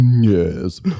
Yes